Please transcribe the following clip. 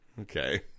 okay